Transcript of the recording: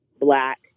black